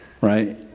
right